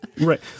Right